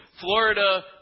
Florida